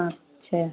अच्छा